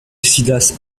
sidas